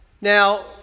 Now